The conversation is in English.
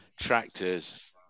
tractors